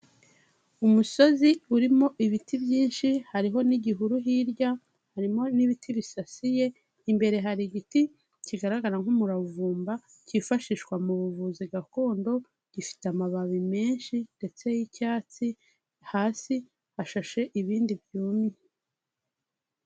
Umusozi urimo ibiti byinshi hariho n'igihuru hirya, harimo n'ibiti bisasiye, imbere hari igiti kigaragara nk'umuravumba cyifashishwa mu buvuzi gakondo, gifite amababi menshi ndetse y'icyatsi, hasi hashashe ibindi byumye.